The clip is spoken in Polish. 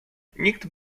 nikt